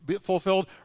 fulfilled